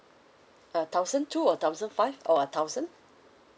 uh thousand two or thousand five or a thousand